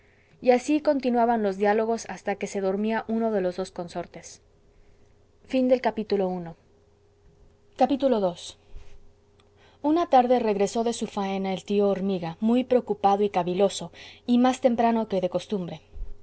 y así continuaban los diálogos hasta que se dormía uno de los dos consortes ii una tarde regresó de su faena el tío hormiga muy preocupado y caviloso y más temprano que de costumbre